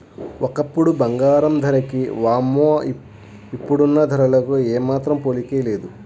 ఒకప్పుడు బంగారం ధరకి వామ్మో ఇప్పుడున్న ధరలకు ఏమాత్రం పోలికే లేదు